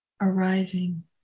arriving